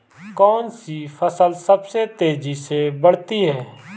कौनसी फसल सबसे तेज़ी से बढ़ती है?